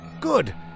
good